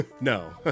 No